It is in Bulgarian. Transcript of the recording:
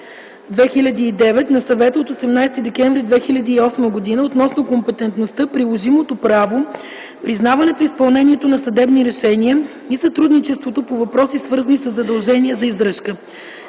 4/2009 на Съвета от 18 декември 2008 г. относно компетентността, приложимото право, признаването и изпълнението на съдебни решения и сътрудничеството по въпроси, свързани със задължения за издръжка.